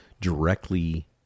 directly